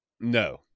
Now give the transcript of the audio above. No